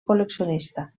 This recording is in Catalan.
col·leccionista